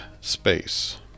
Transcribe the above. space